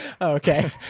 Okay